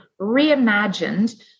reimagined